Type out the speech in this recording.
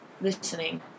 listening